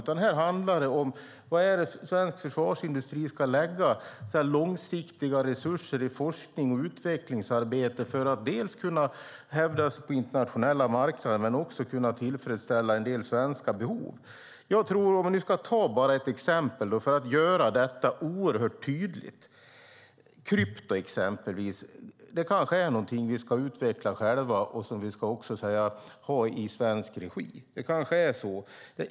Den här debatten handlar om hur svensk försvarsindustri ska lägga sina långsiktiga resurser i forsknings och utvecklingsarbete för att dels kunna hävda sig på den internationella marknaden, dels kunna tillfredsställa en del svenska behov. Låt mig ta ett exempel för att göra detta tydligt. Exempelvis är krypto kanske något vi ska utveckla själva och ha i svensk regi. Det kanske är så.